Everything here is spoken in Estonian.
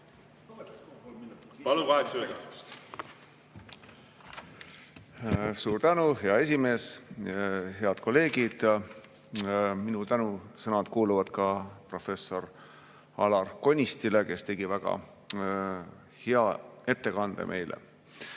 Palun, kaheksa minutit! Suur tänu, hea esimees! Head kolleegid! Minu tänusõnad kuuluvad ka professor Alar Konistile, kes tegi meile väga hea ettekande. Isamaa